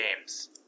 Games